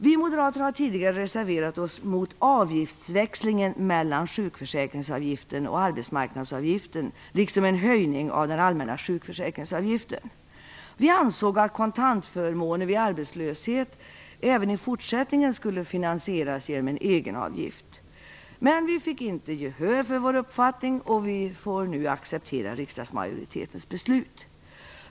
Vi moderater har tidigare reserverat oss mot avgiftsväxlingen mellan sjukförsäkringsavgiften och arbetsmarknadsavgiften liksom mot en höjning av den allmänna sjukförsäkringsavgiften. Vi ansåg att kontantförmåner vid arbetslöshet även i fortsättningen borde finansieras genom en egenavgift. Vi fick dock inte gehör för vår uppfattning, och vi får nu acceptera riksdagsmajoritetens beslut.